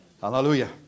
Hallelujah